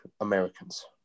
Americans